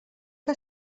que